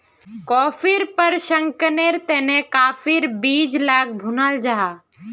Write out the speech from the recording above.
कॉफ़ीर प्रशंकरनेर तने काफिर बीज लाक भुनाल जाहा